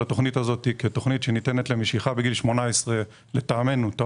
התוכנית הזאת כתוכנית שניתנת למשיכה בגיל 18 לדעתנו היא טעות.